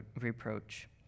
reproach